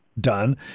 done